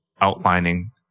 outlining